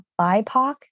BIPOC